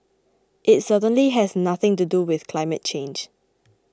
it certainly has nothing to do with climate change